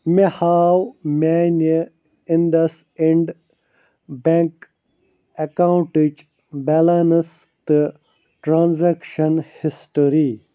مےٚ ہاو میٛانہِ اِنٛٛڈس لینٛڈ بیٚنٛک اکونٹٕچ بیلینس تہٕ ٹرٛانٛزیکشن ہِسٹری